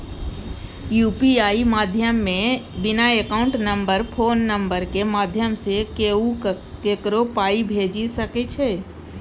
UPI माध्यमे बिना account number phone नंबरक माध्यमसँ केओ ककरो पाइ भेजि सकै छै